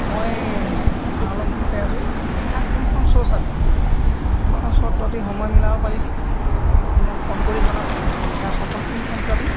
মই চিনেমা হলৰ মুখতে আছোঁ নিশা কোনখন শ্ব' চাবি কোনখন শ্ব'ত তহঁতি সময় মিলাব পাৰিবি মোক ফোন কৰি জনাচোন নিশা শ্ব'খন কোনখন চাবি